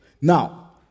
Now